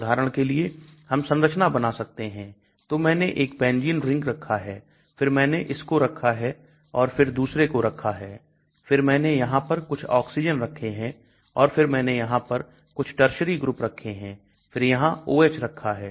उदाहरण के लिए हम संरचना बना सकते हैं तो मैंने एक Benzene रिंग रखा है फिर मैंने इसको रखा है और फिर दूसरे को रखा है फिर मैंने यहां पर कुछ ऑक्सीजन रखे हैं और फिर मैंने यहां पर कुछ Tertiary ग्रुप रखे हैं फिर यहां OH रखा है